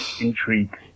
Intrigue